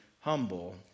humble